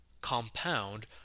compound